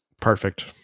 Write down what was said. Perfect